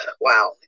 wow